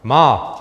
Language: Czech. Má.